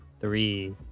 three